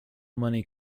money